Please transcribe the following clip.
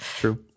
True